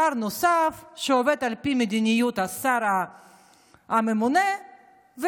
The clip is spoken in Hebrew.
שר נוסף שעובד על פי מדיניות השר הממונה הוא